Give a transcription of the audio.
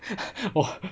!wah!